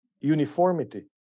uniformity